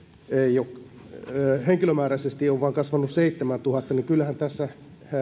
on henkilömääräisesti kasvanut vain seitsemäntuhatta niin kyllähän tässä